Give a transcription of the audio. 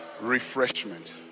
Refreshment